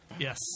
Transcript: Yes